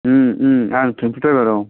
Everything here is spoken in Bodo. आं टेम्प' ड्राइभार औ